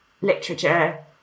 literature